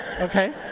okay